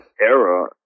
era